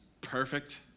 perfect